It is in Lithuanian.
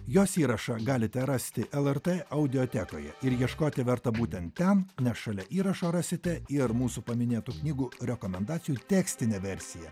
jos įrašą galite rasti lrt audiotekoje ir ieškoti verta būtent ten nes šalia įrašo rasite ir mūsų paminėtų knygų rekomendacijų tekstinę versiją